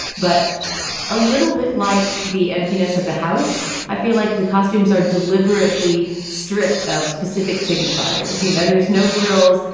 but a little bit like the emptiness of the house. i feel like the costumes are deliberately stripped of specific signifiers. you know, there's no frills.